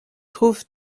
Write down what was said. trouve